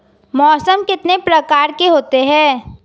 मौसम कितने प्रकार के होते हैं?